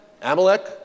Amalek